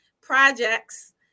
Projects